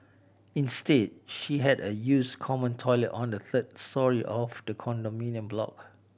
instead she had a use common toilet on the third storey of the condominium block